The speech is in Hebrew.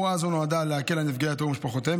הוראה זו נועדה להקל על נפגעי הטרור ומשפחותיהם